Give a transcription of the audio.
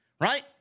right